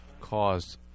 caused